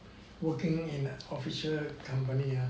working in official company ah